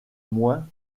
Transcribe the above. moins